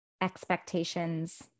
expectations